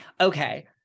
okay